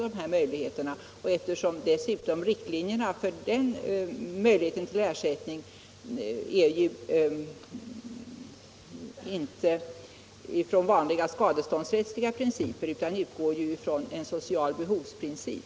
Och när det gäller möjligheterna till ersättning från den fonden utgår man dessutom inte från vanliga skadeståndsmässiga principer utan från en social behovsprincip.